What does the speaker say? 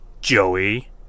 Joey